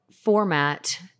format